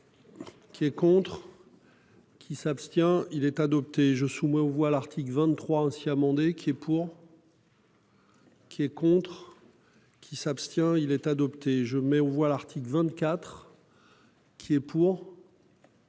Qui est contre. Il s'abstient. Il est adopté. Je suis moins on voit l'article 23, ainsi amendé qui est pour.-- Qui est contre. Qui s'abstient il est adopté, je mets aux voix l'article 24. Qui est pour.